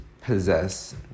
possess